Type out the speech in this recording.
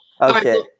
okay